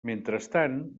mentrestant